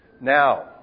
Now